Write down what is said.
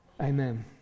Amen